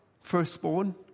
firstborn